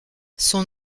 son